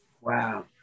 Wow